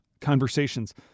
conversations